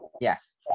yes